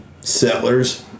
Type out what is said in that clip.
Settlers